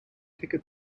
ticket